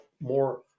more